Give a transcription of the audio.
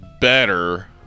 better